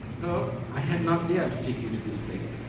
her, i had not dare to take into this place,